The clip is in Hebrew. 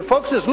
ב-Fox News?